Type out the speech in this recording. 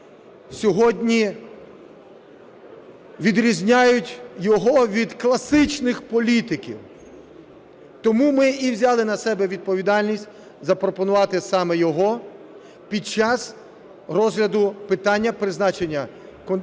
сьогодні відрізняють його від класичних політиків. Тому ми і взяли на себе відповідальність запропонувати саме його під час розгляду питання призначення на